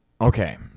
Okay